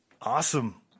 Awesome